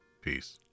Peace